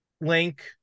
Link